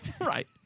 Right